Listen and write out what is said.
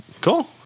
Cool